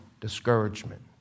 discouragement